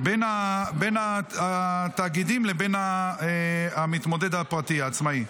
בין התאגידים לבין המתמודד הפרטי, העצמאי.